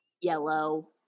yellow